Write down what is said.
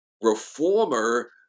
reformer